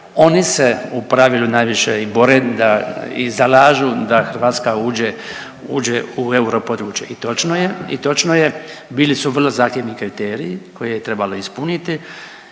oni se u pravilu najviše i bore i zalažu da Hrvatska uđe, uđe u europodručje i točno je i točno je bili su vrlo zahtjevni kriteriji koje je trebalo ispuniti